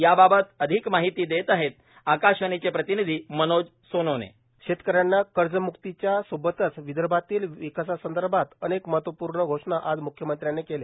याबाबत अधिक माहिती देत आहे आकाशवाणीचे प्रतिनिधी मनोज सोनोने शेतकऱ्यांना कर्जमुक्तीच्या सोबतच विदर्भातील विकासासंदर्भात अनेक महत्वपूर्ण घोषणा आज मुख्यमंत्र्याने केल्या